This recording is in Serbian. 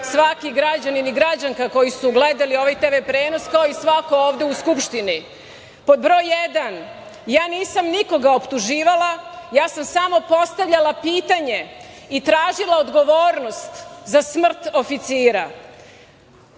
svaki građanin i građanka koji su gledali ovaj TV prenos, kao i svako ovde u Skupštini. Pod broj jedan, ja nisam nikoga optuživala, ja sam samo postavljala pitanje i tražila odgovornost za smrt oficira.